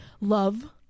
love